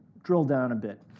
drill down a bit.